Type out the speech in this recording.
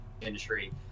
industry